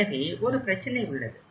எனவே ஒரு பிரச்சனை உள்ளது